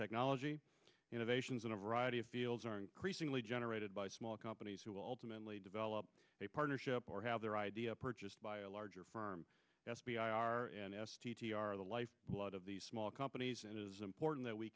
technology innovations in a variety of fields are increasingly generated by small companies who will ultimately develop a partnership or have their idea purchased by a larger firm s v r an s t t are the lifeblood of these small companies and it is important that we